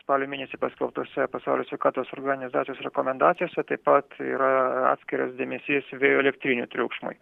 spalio mėnesį paskelbtose pasaulio sveikatos organizacijos rekomendacijose taip pat yra atskiras dėmesys vėjo elektrinių triukšmui